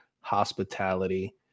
hospitality